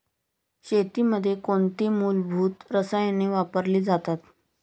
शेतीमध्ये कोणती मूलभूत रसायने वापरली जातात?